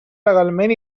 legalment